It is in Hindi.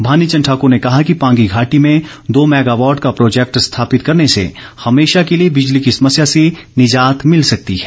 भानी चंद ठाकूर ने कहा कि पांगी घाटी में दो मैगावॉट का प्रोजेक्ट स्थापित करने से हमेशा के लिए बिजली की समस्या से निजात मिल सकती है